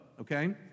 okay